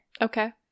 okay